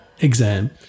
exam